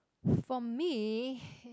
for me